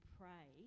pray